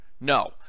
No